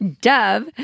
Dove